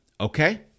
okay